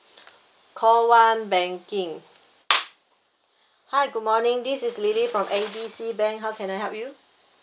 call one banking hi good morning this is lily from A B C bank how can I help you